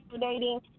dating